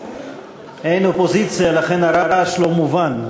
אין אופוזיציה, לכן הרעש לא מובן.